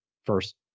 first